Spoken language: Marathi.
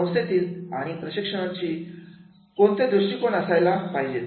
संस्थेतील आणि प्रशिक्षणाचे कोणते दृष्टीकोन असायला पाहिजेत